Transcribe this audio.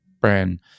brand